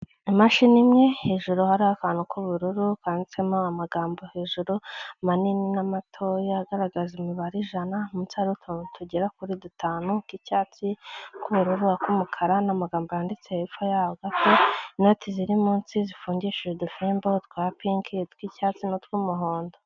Imashini imwe hejuru hari akantu k'ubururu kanditsemo amagambo hejuru manini n'amatoya agaragaza imibare ijana, munsi hariho utuntu tugera kuri dutanu tw'icyatsi, akubururu, ak'umukara, n'amagambo yanditse hepfo yaho gato, inoti ziri munsi zifungishije udufimbo twa pink, tw'icyatsi n'utw'umuhondo.